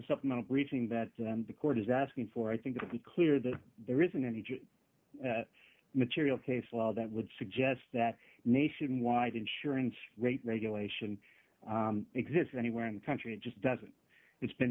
supplemental reading that the court is asking for i think the be clear that there isn't any material case law that would suggest that nationwide insurance rate regulation exists anywhere in the country it just doesn't it's been